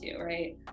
right